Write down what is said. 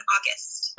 August